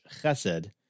chesed